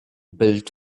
built